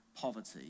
poverty